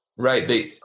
Right